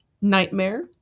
nightmare